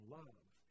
love